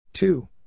Two